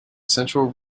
central